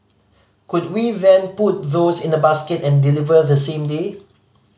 could we then put those in a basket and deliver the same day